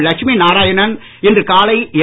லட்சுமி நாராயணன் இன்று காலை என்